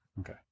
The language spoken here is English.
Okay